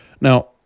Now